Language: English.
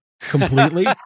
completely